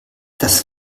das